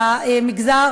למגזר